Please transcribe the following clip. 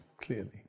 clearly